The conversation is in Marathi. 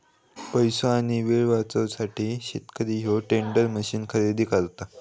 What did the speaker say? पैसो आणि येळ वाचवूसाठी शेतकरी ह्या टेंडर मशीन खरेदी करता